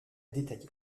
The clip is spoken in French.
détaillé